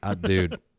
dude